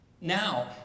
Now